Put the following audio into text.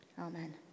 Amen